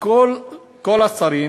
כל השרים,